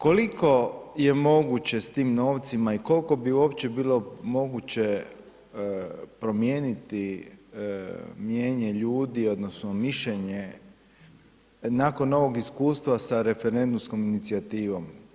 Koliko je moguće s tim novcima i kolko bi uopće bilo moguće promijeniti mijenje ljudi odnosno mišljenje nakon ovog iskustva s referendumskom inicijativom?